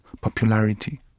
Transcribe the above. popularity